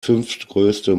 fünftgrößte